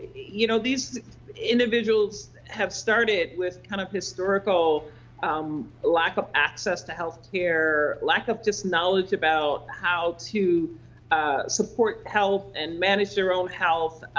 you know these individuals have started with kind of historical um lack of access to health care, lack of just knowledge about how to support health and manage their own health.